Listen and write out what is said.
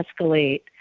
escalate